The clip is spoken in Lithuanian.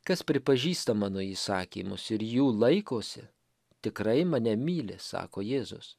kas pripažįsta mano įsakymus ir jų laikosi tikrai mane myli sako jėzus